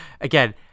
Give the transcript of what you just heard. again